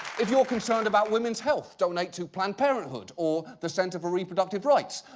if you're concerned about women's health, donate to planned parenthood or the center for reproductive rights.